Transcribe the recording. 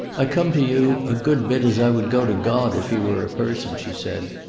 i come to you, a good bit as i would go to god, if he were a person, she said.